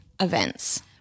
events